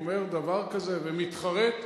אומר דבר כזה ומתחרט,